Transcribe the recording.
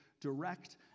direct